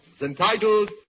entitled